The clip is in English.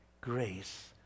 grace